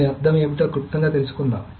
దీని అర్థం ఏమిటో క్లుప్తంగా తెలుసుకుందాం